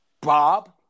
Bob